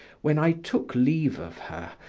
when i took leave of her,